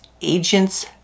agents